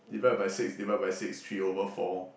divide by six divide by six three over four